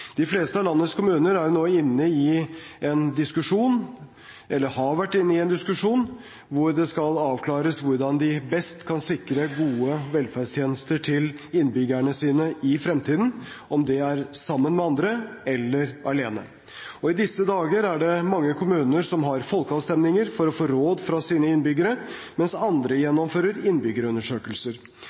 De fleste av landets kommuner er nå inne i eller har vært inne i en diskusjon hvor det skal avklares hvordan de best kan sikre gode velferdstjenester til innbyggerne sine i fremtiden – om det er sammen med andre eller alene. I disse dager er det mange kommuner som har folkeavstemninger for å få råd fra sine innbyggere, mens andre gjennomfører innbyggerundersøkelser.